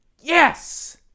Yes